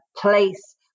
place